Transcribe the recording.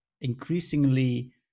increasingly